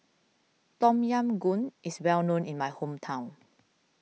Tom Yam Goong is well known in my hometown